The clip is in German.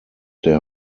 der